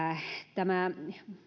tämä